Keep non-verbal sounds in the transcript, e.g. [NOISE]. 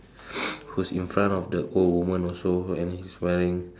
[NOISE] who's in front of the old woman also and he's wearing